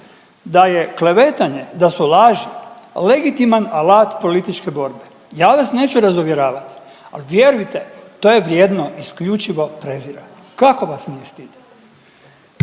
da je klevetanje, da su laži legitiman alat političke borbe, ja vas neću razuvjeravat al vjerujte to je vrijedno isključivo preziranja, kako vas nije stid.